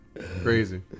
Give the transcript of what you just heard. Crazy